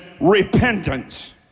repentance